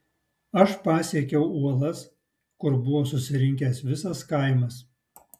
aš pasiekiau uolas kur buvo susirinkęs visas kaimas